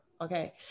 okay